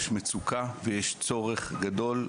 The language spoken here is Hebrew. יש מצוקה ויש צורך גדול,